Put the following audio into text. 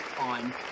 on